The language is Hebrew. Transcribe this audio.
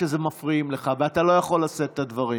תגיד שמפריעים לך ואתה לא יכול לשאת את הדברים.